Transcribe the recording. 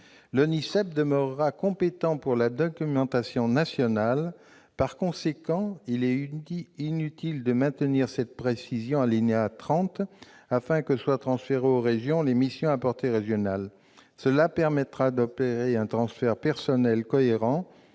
L'ONISEP demeurera compétent pour la documentation nationale. Par conséquent, il est utile de maintenir cette précision à l'alinéa 30, afin que soient transférées aux régions les missions à portée régionale. Cela permettra d'opérer un transfert de personnel cohérent